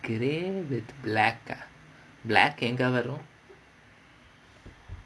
grey with black ah black ah